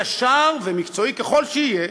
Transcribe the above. ישר ומקצועי ככל שיהיה,